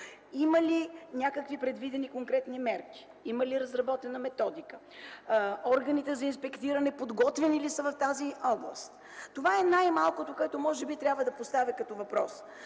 има ли предвидени някакви конкретни мерки, има ли разработена методика, органите за инспектиране подготвени ли са в тази област? Това е най-малкото, което може би трябва да поставя като въпрос,